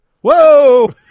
Whoa